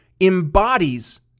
embodies